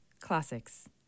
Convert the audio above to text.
classics